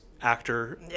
actor